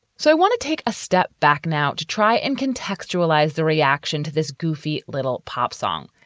so i want to take a step back now to try and contextualize the reaction to this goofy little pop song,